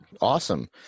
Awesome